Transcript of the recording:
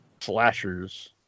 slashers